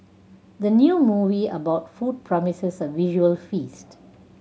the new movie about food promises a visual feast